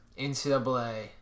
NCAA